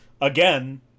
again